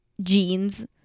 jeans